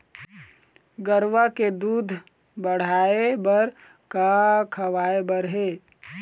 गरवा के दूध बढ़ाये बर का खवाए बर हे?